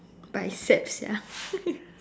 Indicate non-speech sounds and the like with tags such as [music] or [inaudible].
but it's sad sia [laughs]